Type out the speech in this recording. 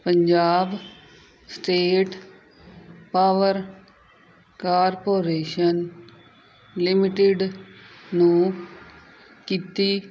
Punjab state power corporation limited ਨੂੰ ਕੀਤੀ